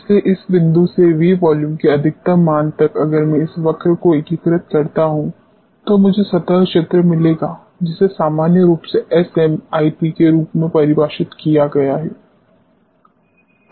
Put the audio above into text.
इसलिए इस बिंदु से V वॉल्यूम के अधिकतम मान तक अगर मैं इस वक्र को एकीकृत करता हूं तो मुझे सतह क्षेत्र मिलेगा जिसे सामान्य रूप से SMIP के रूप में परिभाषित किया गया है